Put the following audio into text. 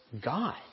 God